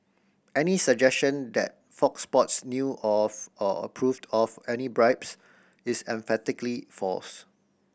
any suggestion that Fox Sports knew of or approved of any bribes is emphatically false